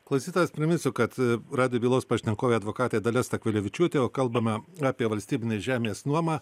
klausytojams priminsiu kad radijo bylos pašnekovė advokatė dalia stakvilevičiūtė kalbame apie valstybinės žemės nuomą